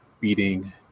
beating